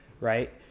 right